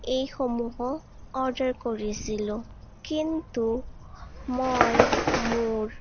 এইসমূহ অৰ্ডাৰ কৰিছিলোঁ কিন্তু মই মোৰ